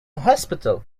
hospital